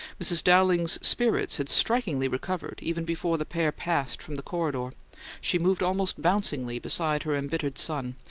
mrs. dowling's spirits had strikingly recovered even before the pair passed from the corridor she moved almost bouncingly beside her embittered son,